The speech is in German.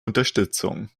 unterstützung